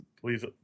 please